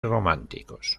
románticos